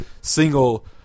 Single